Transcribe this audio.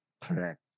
Correct